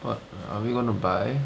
what are we going to buy